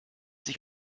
sich